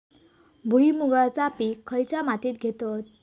भुईमुगाचा पीक खयच्या मातीत घेतत?